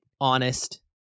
honest